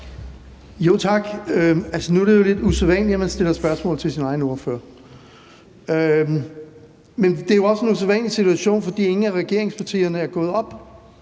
Tak. Nu er det jo lidt usædvanligt, at man stiller spørgsmål til sin egen ordfører, men det er jo også en usædvanlig situation, fordi ingen af regeringspartierne er gået op